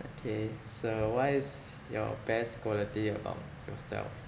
okay so what is your best quality about yourself